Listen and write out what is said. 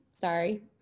Sorry